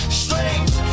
strange